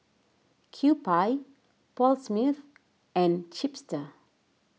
Kewpie Paul Smith and Chipster